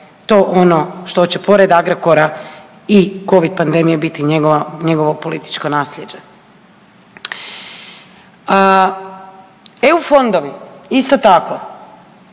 to ono što je pored Agrokora i covid pandemije biti njegovo političko nasljeđe. EU fondovi isto tako,